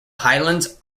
highlands